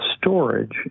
storage